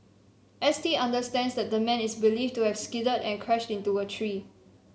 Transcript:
S T understands that the man is believed to have skidded and crashed into a tree